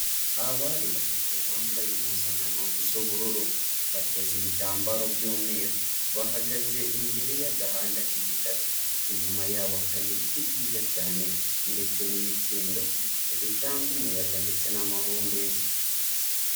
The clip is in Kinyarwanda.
Abari batatu bambaye impuzankano z'ubururu bateze ibitambaro by'umweru bahagaze imbere y'agahanda k'igitaka, inyuma yabo hari ibiti byiza cyane ndetse n'imikindo bitanga umuyaga ndetse n'amahumbezi.